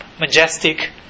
majestic